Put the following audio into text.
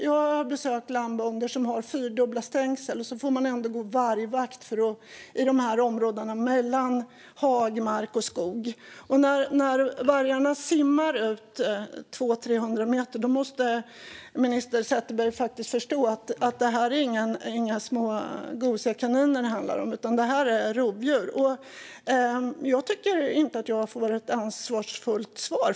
Jag har besökt lammbönder som har fyrdubbla stängsel, och så får man ändå gå vargvakt i områdena mellan hagmark och skog. Och när vargarna simmar ut 200-300 meter måste minister Sätherberg faktiskt förstå att det inte är några små gosiga kaniner det handlar om utan rovdjur. Jag tycker faktiskt inte att jag får ett ansvarsfullt svar.